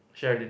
Sheralyn